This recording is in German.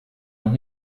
noch